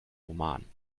oman